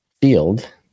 field